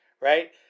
right